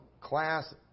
class